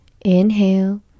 inhale